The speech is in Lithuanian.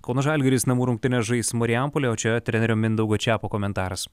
kauno žalgiris namų rungtynes žais marijampolėj o čia trenerio mindaugo čiapo komentaras